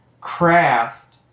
Craft